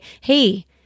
hey